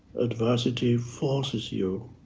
adversity forces you